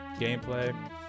gameplay